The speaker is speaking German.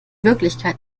wirklichkeit